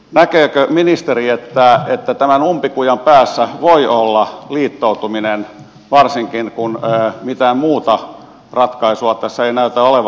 näkeekö ministeri että tämän umpikujan päässä voi olla liittoutuminen varsinkin kun mitään muuta ratkaisua tässä ei näytä olevan